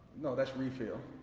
no. that's refill.